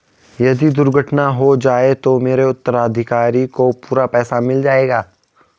यदि दुर्घटना हो जाये तो मेरे उत्तराधिकारी को पूरा पैसा मिल जाएगा?